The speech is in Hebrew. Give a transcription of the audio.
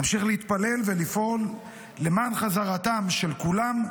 נמשיך להתפלל ולפעול למען חזרתם של כולם,